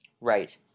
Right